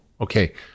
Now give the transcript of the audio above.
okay